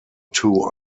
two